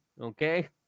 Okay